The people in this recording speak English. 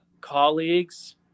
colleagues –